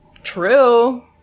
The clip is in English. True